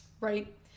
right